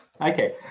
Okay